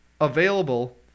available